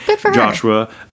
Joshua